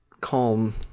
calm